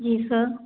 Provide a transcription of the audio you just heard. जी sir